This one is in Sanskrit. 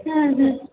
ह् ह्म्